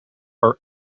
are